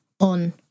on